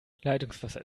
leitungswasser